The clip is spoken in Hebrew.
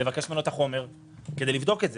לבקש ממנו את החומר כדי לבדוק את זה.